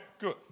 Good